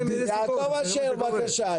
יעקב אשר בבקשה.